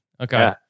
Okay